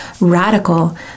radical